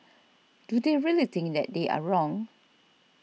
do they really think that they are wrong